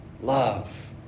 love